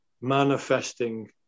manifesting